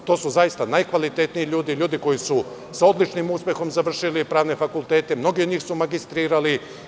To su zaista, najkvalitetniji ljudi, ljudi koji su sa odličnim uspehom završili pravne fakultete, mnogi od njih su magistrirali.